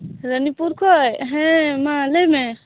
ᱨᱟᱹᱱᱤᱯᱩᱨ ᱠᱷᱚᱱ ᱦᱮᱸ ᱢᱟ ᱞᱟᱹᱭᱢᱮ